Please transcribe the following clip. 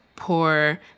poor